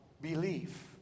belief